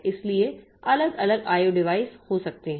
इसलिए अलग अलग IO डिवाइस हो सकते हैं